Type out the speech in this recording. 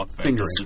fingering